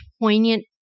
poignant